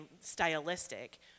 stylistic